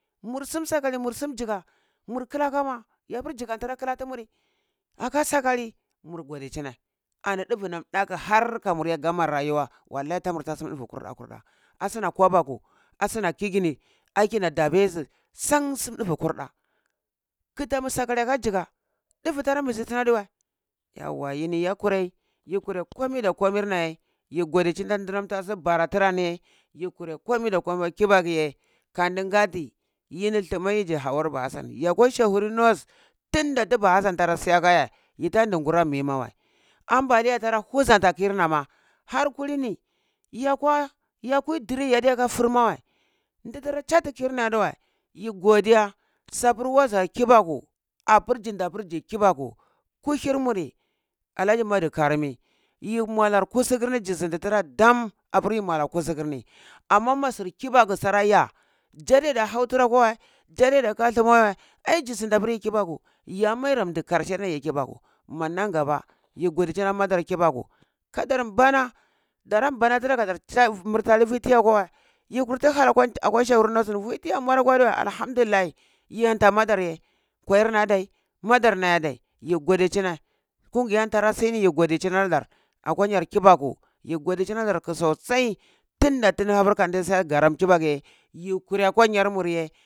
Mursum sakali mur sum njiga mur kila kama, yanpur njigani tila kla tumuri, aka sakali, mur godicini ani duvu nam daku har kamur gama rayuwa, wallahi tamur ta sum ɗuvu nam kurɗa kurɗa. Asna kobaku asna kigini, aikina davezi, san su ɗuvuu kurɗa, kitamu sakali ka njiga ɗuvu tara mbzui tunnye adiwei yauwa yini ya kurai, yi kurai komi da kamirnaye yi godicini nan dnantara bara tiraniye yi kure komi da komi la kibaku ye kandingati yimi timawei je hauwar ba hassan ya kwa shehwi north tinda ti ba hassan tara siyaka yar, yitan di kura mii mawei ambaliya ta huzanta kir na ma harkulini yeh kwa ya kwue diri yade yaka fur mawa din tara chati kirna ma adiwei yi godiya sapur waza kibaku apur jindi da pur ji kibaku, kuhir muri alaji madu karami yi mualar kusukir ni ji zindi tra dam apur yi muala kusukri ni, ama ma sir kibaku tara ya, jadeda hau tra kwa wei, jadeda ka tumawei wei ai zi zindi dapur yi kibadu ya meram di karshe yi kibaku ma nangaba yi godicini la madar kibaku dadar bara tra kadar murtali vi tiya kwa wei, yi kurta hal akwa shehuri north ni vi tiya mor kwa diwa, alhamdulillahi yi yanta madarye kwayarna adai madar na aɗai yi gode cine kungiyani tara si ni, yi godicine aladar akwa nyar kibaku yi godicina ladar sosai tinda tini hapur kandi siya garam cibakuye yi kure aka yarmurye